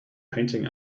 painting